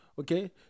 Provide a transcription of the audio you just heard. okay